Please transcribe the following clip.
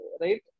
Right